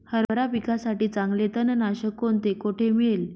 हरभरा पिकासाठी चांगले तणनाशक कोणते, कोठे मिळेल?